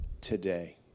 today